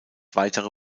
weitere